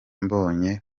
mbonye